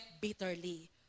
bitterly